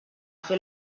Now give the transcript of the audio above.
fer